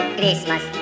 Christmas